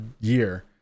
year